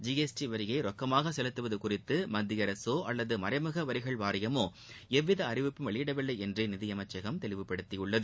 G S T வரியை ரொக்கமாக செலுத்துவது குறித்து மத்திய அரசோ அல்லது மறைமுக வரிகள் வாரியமோ எவ்வித அறிவிப்பும் வெளியிடவில்லை என்று நிதியமைச்சகம் கூறியுள்ளது